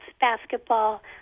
basketball